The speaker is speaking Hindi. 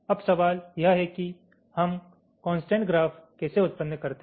अब सवाल यह है कि हम कोंसट्रेंट ग्राफ कैसे उत्पन्न करते हैं